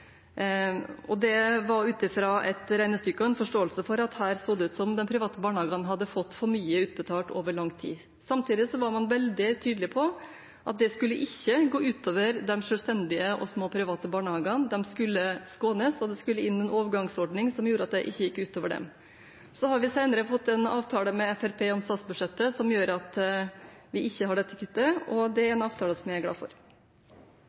Det var ut fra et regnestykke og en forståelse av at her så det ut som de private barnehagene hadde fått for mye utbetalt over lang tid. Samtidig var man veldig tydelig på at det ikke skulle gå ut over de selvstendige og små private barnehagene. De skulle skånes, og det skulle inn en overgangsordning som gjorde at det ikke gikk ut over dem. Så har vi senere fått en avtale med Fremskrittspartiet om statsbudsjettet som gjør at vi ikke har det kuttet, og det er en avtale jeg er glad for.